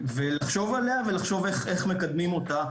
ולחשוב עליה ולחשוב איך מקדמים אותה,